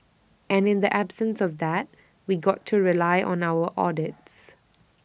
and in the absence of that we've got to rely on our audits